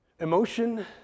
Emotion